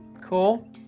Cool